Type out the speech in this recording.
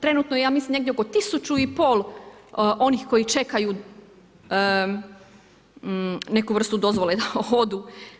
Trenutno ja mislim negdje oko 1500 onih koji čekaju neku vrstu dozvole da odu.